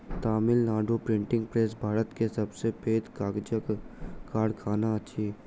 Tamil Nadu printing press Bharat के सब से पैघ कागजक कारखाना अछि